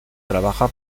trabaja